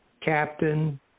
captain